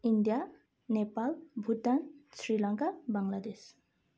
India Nepal Bhutan Sri Lanka Bangladesh